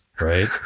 right